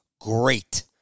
great